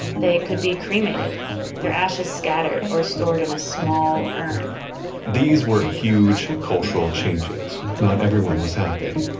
they could be cremated their ashes scattered or stored in a small urn these were huge cultural changes. not everyone was happy.